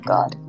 God